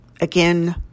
Again